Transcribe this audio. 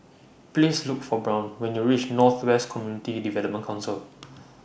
Please Look For Brown when YOU REACH North West Community Development Council